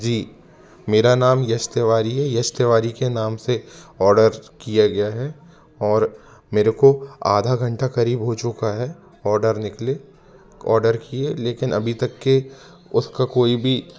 जी मेरा नाम यश तिवारी है यश तिवारी के नाम से आर्डर किया गया है और मेरे को आधा घंटा करीब हो चुका है ऑर्डर निकले आर्डर किए लेकिन अभी तक के उसका कोई भी